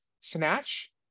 Snatch